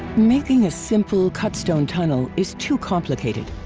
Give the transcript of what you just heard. making a simple, cut stone tunnel is too complicated.